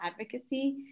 advocacy